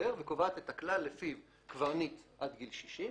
וקובעת את הכלל לפיו קברניט עד גיל 60,